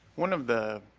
one of the,